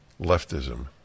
leftism